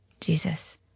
Jesus